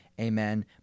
Amen